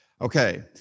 Okay